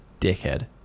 dickhead